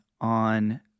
on